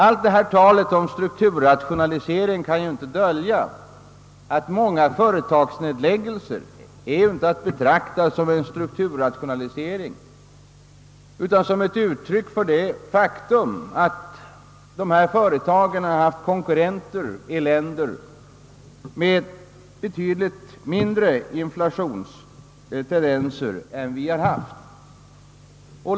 Allt detta tal om strukturrationalisering kan inte dölja att många företagsnedläggningar inte är att betrakta som en strukturrationalisering utan som ett uttryck för det faktum, att dessa företag haft konkurrenter i länder med betydligt mindre inflationstendenser än vi har haft.